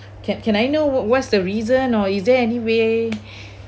can can I know what's the reason or is there any way